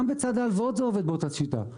גם בצד ההלוואות זה עובד באותה שיטה.